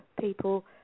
people